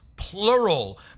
Plural